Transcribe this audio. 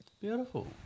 beautiful